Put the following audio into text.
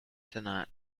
tonight